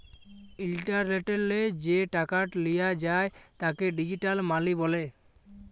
ইলটারলেটলে যে টাকাট লিয়া যায় তাকে ডিজিটাল মালি ব্যলে